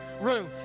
room